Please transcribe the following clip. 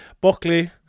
Buckley